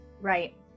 Right